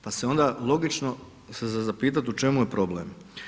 Pa se onda logično se za zapitati u čemu je problem.